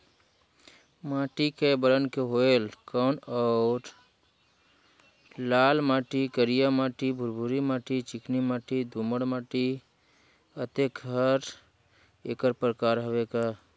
माटी कये बरन के होयल कौन अउ लाल माटी, करिया माटी, भुरभुरी माटी, चिकनी माटी, दोमट माटी, अतेक हर एकर प्रकार हवे का?